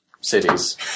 Cities